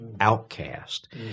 outcast